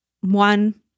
one